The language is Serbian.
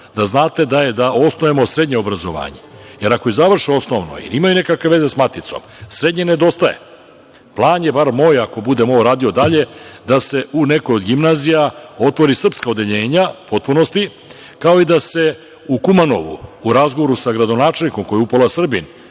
da uradimo, da osnujemo srednje obrazovanje, jer ako završe u osnovno i imaju nekakve veze sa maticom, srednje nedostaje, plan je, bar moj, ako budem ovo radio dalje, da se u nekoj od gimnazija otvori srpska odeljenja u potpunosti, kao i da se u Kumanovu, u razgovoru sa gradonačelnikom, koji je upola Srbin,